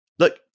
Look